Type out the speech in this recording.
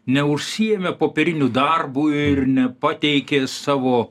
neužsiėmė popieriniu darbu ir nepateikė savo